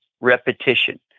repetition